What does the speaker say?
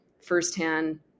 firsthand